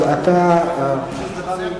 אם